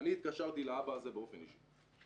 אני התקשרתי לאבא הזה באופן אישי.